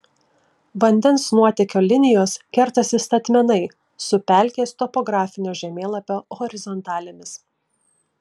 vandens nuotėkio linijos kertasi statmenai su pelkės topografinio žemėlapio horizontalėmis